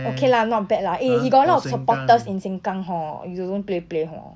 okay lah not bad lah eh he got a lot of supporters in sengkang hor you don't play play hor